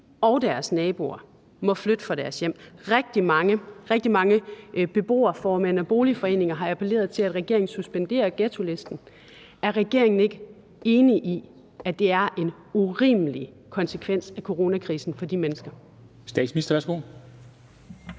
og deres naboer må flytte fra deres hjem. Rigtig mange beboerformænd og boligforeninger har appelleret til, at regeringen suspenderer ghettolisten. Er regeringen ikke enig i, at det er en urimelig konsekvens af coronakrisen for de mennesker?